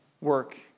work